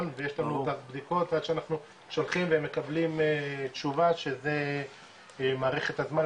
ויש לנו קו בדיקות עד שאנחנו שולחים ומקבלים תשובה שזה מאריך את הזמן,